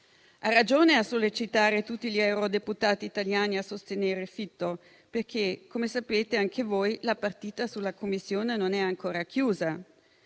Ha ragione a sollecitare tutti gli eurodeputati italiani a sostenere Fitto, perché - come sapete anche voi - la partita sulla Commissione non è ancora chiusa.